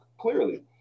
Clearly